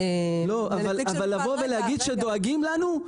אבל לבוא ולהגיד שדואגים לנו?